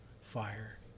fire